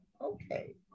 okay